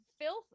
filth